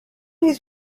his